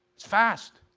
it's fast.